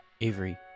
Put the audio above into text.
Avery